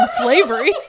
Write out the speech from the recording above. slavery